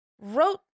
wrote